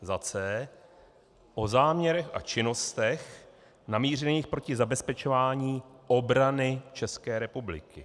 c) o záměrech a činnostech namířených proti zabezpečování obrany České republiky,